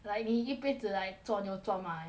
like 你一辈子 like 做牛做马 eh